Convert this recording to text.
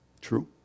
True